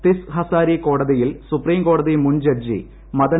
this Hazari കോടതിയിൽ സുപ്രീംകോടതി മുൻ ജഡ്ജി മദൻ